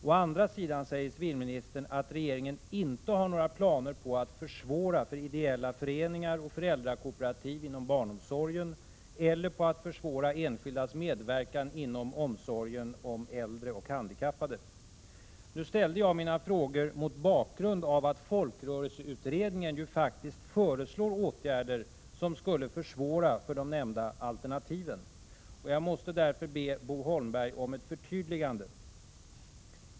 Å andra sidan säger civilministern att regeringen inte har några planer på att försvåra för ideella föreningar och föräldrakooperativ inom barnomsorgen eller försvåra enskildas medverkan inom omsorgen om äldre och handikappade. Nu ställde jag mina frågor mot bakgrund av att folkrörelseutredningen ju faktiskt föreslår åtgärder som skulle försvåra för de nämnda alternativen. Jag måste därför be Bo Holmberg om ett förtydligande.